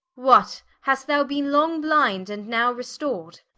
what, hast thou beene long blinde, and now restor'd?